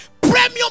Premium